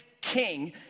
king